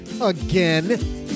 again